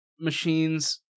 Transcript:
machines